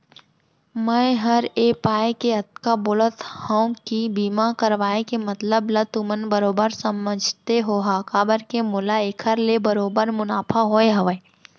मैं हर ए पाय के अतका बोलत हँव कि बीमा करवाय के मतलब ल तुमन बरोबर समझते होहा काबर के मोला एखर ले बरोबर मुनाफा होय हवय